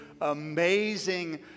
amazing